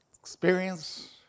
Experience